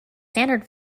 standard